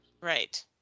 right